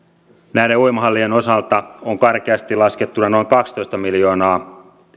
näiden uimahallien osalta on karkeasti laskettuna noin kaksitoista miljoonaa